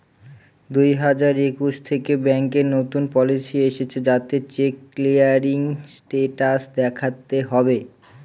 দুই হাজার একুশ থেকে ব্যাঙ্কে নতুন পলিসি এসেছে যাতে চেক ক্লিয়ারিং স্টেটাস দেখাতে হবে